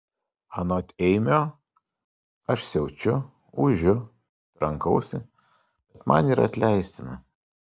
anot eimio aš siaučiu ūžiu trankausi bet man yra atleistina